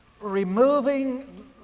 removing